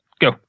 go